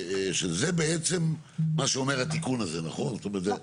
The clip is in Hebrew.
שזה בעצם מה שאומר התיקון הזה, נכון?